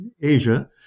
Asia